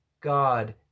God